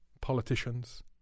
politicians